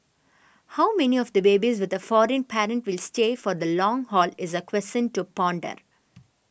how many of the babies with a foreign parent will stay for the long haul is a question to ponder